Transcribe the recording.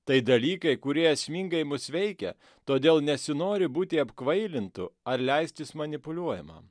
tai dalykai kurie esmingai mus veikia todėl nesinori būti apkvailintu ar leistis manipuliuojamam